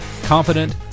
confident